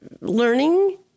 learning